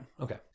Okay